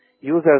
users